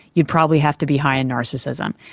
you'd probably have to be high in narcissism.